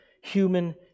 human